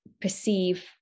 perceive